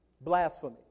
Blasphemy